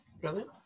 Brilliant